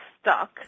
stuck